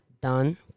done